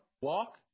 walk